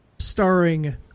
Starring